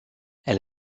elle